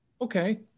Okay